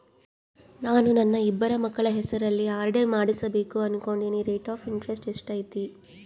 ನಾನು ನನ್ನ ಇಬ್ಬರು ಮಕ್ಕಳ ಹೆಸರಲ್ಲಿ ಆರ್.ಡಿ ಮಾಡಿಸಬೇಕು ಅನುಕೊಂಡಿನಿ ರೇಟ್ ಆಫ್ ಇಂಟರೆಸ್ಟ್ ಎಷ್ಟೈತಿ?